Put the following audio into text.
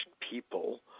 people